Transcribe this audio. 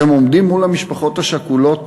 אתם עומדים מול המשפחות השכולות,